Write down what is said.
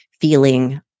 feeling